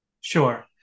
Sure